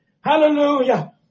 Hallelujah